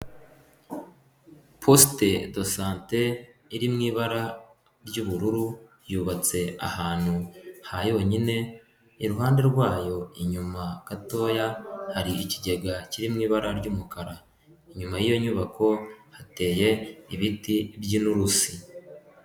Positedosante iri mu ibara ry'ubururu yubatse ahantu ha yonyine, iruhande rwayo inyuma gatoya hari ikigega kiri mu ibara ry'umukara, inyuma y'iyo nyubako hateye ibiti by'inturusi.